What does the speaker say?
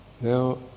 Now